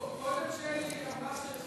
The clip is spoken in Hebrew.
קודם שלי אמרה,